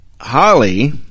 Holly